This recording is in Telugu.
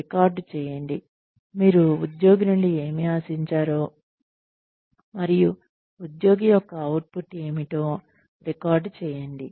రికార్డ్ చేయండి మీరు ఉద్యోగి నుండి ఏమి ఆశించారో మరియు ఉద్యోగి యొక్క అవుట్పుట్ ఏమిటో రికార్డ్ చేయండి